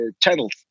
channels